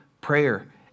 prayer